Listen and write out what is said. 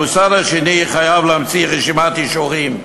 המוסד השני חייב להמציא רשימת אישורים.